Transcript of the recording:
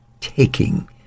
taking